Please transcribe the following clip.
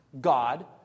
God